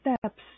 steps